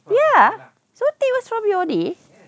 ya zoe tay was from your ni